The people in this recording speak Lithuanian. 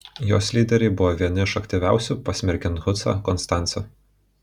jos lyderiai buvo vieni iš aktyviausių pasmerkiant husą konstance